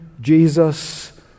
Jesus